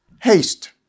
Haste